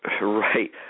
right